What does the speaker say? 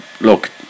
look